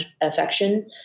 affection